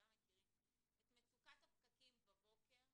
מכירים את מצוקת הפקקים בבוקר,